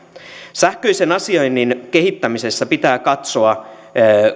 sähköisen asioinnin kehittämisessä pitää katsoa